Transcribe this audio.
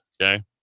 okay